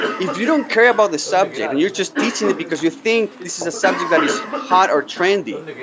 if you don't care about the subject, and you're just teaching it because you think this is a subject that is hot or trendy,